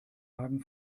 hagen